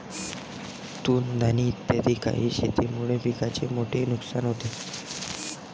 तृणधानी इत्यादी काही शेतीमुळे पिकाचे मोठे नुकसान होते